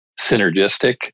synergistic